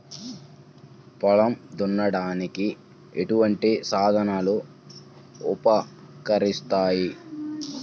పొలం దున్నడానికి ఎటువంటి సాధనాలు ఉపకరిస్తాయి?